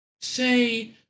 Say